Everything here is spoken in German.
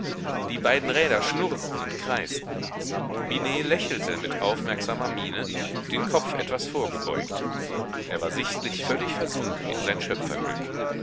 die beiden räder schnurrten und kreisten binet lächelte mit aufmerksamer miene den kopf etwas vorgebeugt er war sichtlich völlig versunken in sein